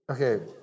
Okay